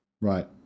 Right